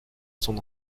son